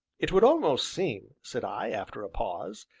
it would almost seem, said i, after a pause,